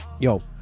yo